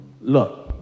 Look